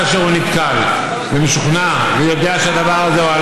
כאשר הוא נתקל ומשוכנע ויודע שהדבר הזה של